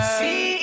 see